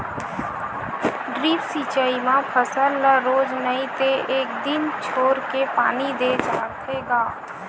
drip सिचई म फसल ल रोज नइ ते एक दिन छोरके पानी दे जाथे ग